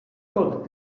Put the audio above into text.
kot